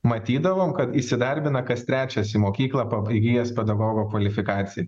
matydavom kad įsidarbina kas trečias į mokyklą pabaigęs pedagogo kvalifikaciją